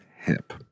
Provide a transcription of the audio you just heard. hip